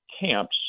camps